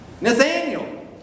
Nathaniel